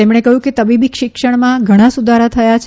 તેમણે કહ્યું કે તબીબી શિક્ષણમાં ઘણા સુધારા થયા છે